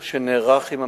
הדרכים?